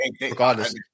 regardless